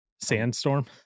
sandstorm